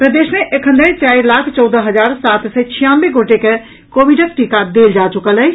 प्रदेश मे एखन धरि चारि लाख चौदह हजार सात सय छियानवे गोटे के कोविडक टीका देल जा चुकल अछि